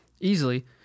easily